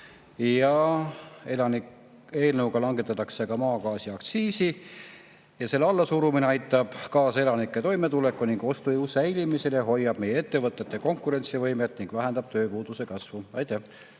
Eelnõuga langetatakse ka maagaasi aktsiisi. Selle allasurumine aitab kaasa elanike toimetuleku ja ostujõu säilimisele ning hoiab meie ettevõtete konkurentsivõimet ja vähendab tööpuuduse kasvu. Aitäh!